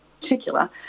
particular